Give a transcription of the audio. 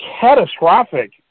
catastrophic